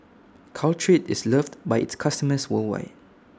Caltrate IS loved By its customers worldwide